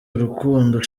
urukundo